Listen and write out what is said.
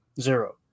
Zero